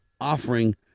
offering